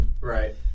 Right